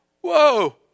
whoa